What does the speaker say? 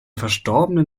verstorbenen